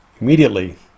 immediately